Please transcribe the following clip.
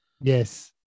Yes